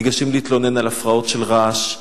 ניגשים להתלונן על הפרעות של רעש,